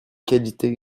qualités